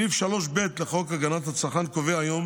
סעיף 3(ב) לחוק הגנת הצרכן קובע היום